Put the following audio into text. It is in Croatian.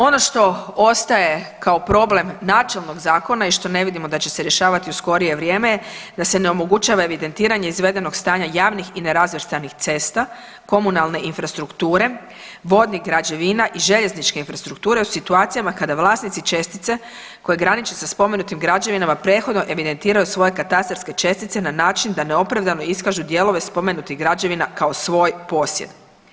Ono što ostaje kao problem načelnog zakona i što ne vidimo da će se rješavati u skorije vrijeme je da se ne omogućava evidentiranje izvedenog stanja javnih i nerazvrstanih cesta, komunalne infrastrukture, vodnih građevina i željezničke infrastrukture u situacijama kada vlasnici čestice koja graniči sa spomenutim građevinama prethodno evidentiraju svoje katastarske čestice na način da neopravdano iskažu dijelove spomenutih građevina kao svoj posjed.